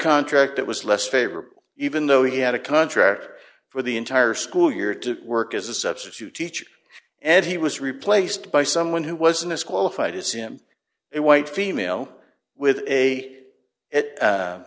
contract that was less favorable even though he had a contract for the entire school year to work as a substitute teacher and he was replaced by someone who wasn't as qualified as him it white female with a